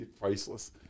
priceless